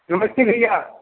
नमस्ते भईया